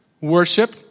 Worship